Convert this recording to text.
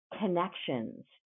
connections